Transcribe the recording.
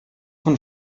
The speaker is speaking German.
von